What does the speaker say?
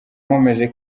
nkomeje